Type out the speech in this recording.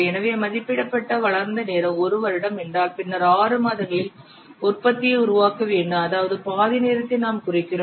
எனவே மதிப்பிடப்பட்ட வளர்ந்த நேரம் 1 வருடம் என்றால் பின்னர் 6 மாதங்களில் உற்பத்தியை உருவாக்க வேண்டும் அதாவது பாதி நேரத்தை நாம் குறைக்கிறோம்